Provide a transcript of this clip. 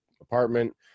apartment